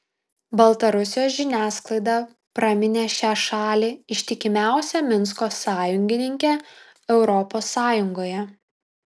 baltarusijos žiniasklaida praminė šią šalį ištikimiausia minsko sąjungininke europos sąjungoje